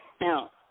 Now